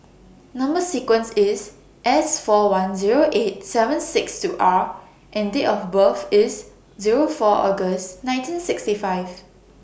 Number sequence IS S four one Zero eight seven six two R and Date of birth IS Zero four August nineteen sixty five